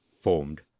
formed